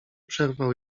przerwał